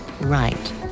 right